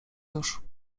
już